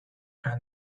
and